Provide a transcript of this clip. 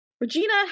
Regina